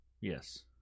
Yes